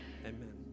amen